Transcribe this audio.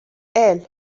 الروز